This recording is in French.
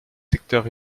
secteurs